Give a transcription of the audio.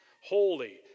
holy